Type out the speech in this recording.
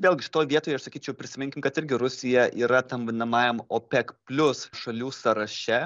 vėlgi šitoj vietoj aš sakyčiau prisiminkim kad irgi rusija yra tam vadinamajam opek plius šalių sąraše